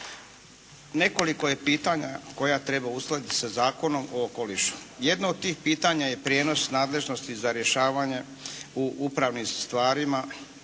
Nekoliko je pitanja koja treba uskladiti sa Zakonom o okolišu. Jedno od tih pitanja je prijenos nadležnosti za rješavanje u upravnim stvarima